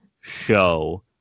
show